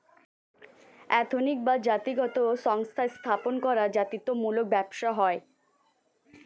ethnic বা জাতিগত সংস্থা স্থাপন করা জাতিত্ব মূলক ব্যবসা হয়